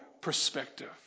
perspective